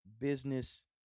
Business